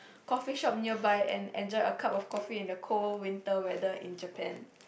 coffee shop nearby and enjoy a cup of coffee and the cold winter weather in Japan